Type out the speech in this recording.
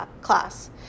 class